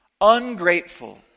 ungrateful